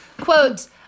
Quotes